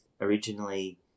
originally